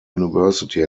university